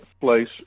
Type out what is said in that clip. place